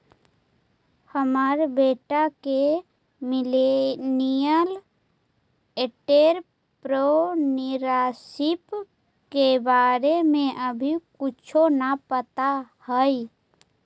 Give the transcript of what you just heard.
हमर बेटा के मिलेनियल एंटेरप्रेन्योरशिप के बारे में अभी कुछो न पता हई